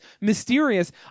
Mysterious